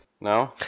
no